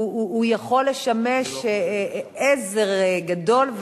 הוא יכול לשמש עזר גדול,